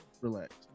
relax